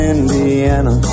Indiana